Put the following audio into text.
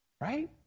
Right